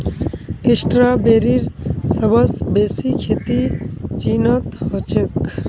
स्ट्रॉबेरीर सबस बेसी खेती चीनत ह छेक